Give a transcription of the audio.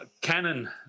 Canon